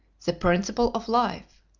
the principle of life.